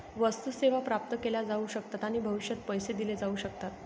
वस्तू, सेवा प्राप्त केल्या जाऊ शकतात आणि भविष्यात पैसे दिले जाऊ शकतात